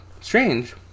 strange